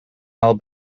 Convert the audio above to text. all